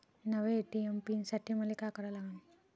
नव्या ATM PIN साठी मले का करा लागन?